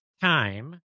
time